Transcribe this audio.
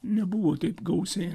nebuvo taip gausiai